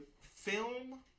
film